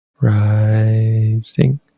rising